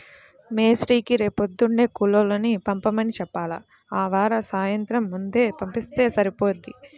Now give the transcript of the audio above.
మేస్త్రీకి రేపొద్దున్నే కూలోళ్ళని పంపమని చెప్పాల, ఆవార సాయంత్రం ముందే పంపిత్తే సరిపోయిద్ది